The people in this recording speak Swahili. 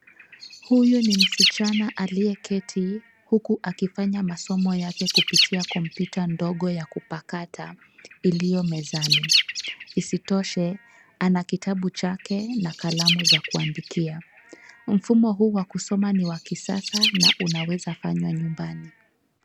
Huyu ni msichana aliyeketi huku akifanya masomo yake kupitia kompyuta ndogo ya kupakata iliyo mezani. Isitoshe, ana kitabu chake na kalamu za kuandikia. Mfumo huu wa kusoma ni wa kisasa na unaweza fanywa nyumbani.